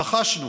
רכשנו